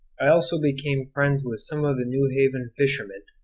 i also became friends with some of the newhaven fishermen,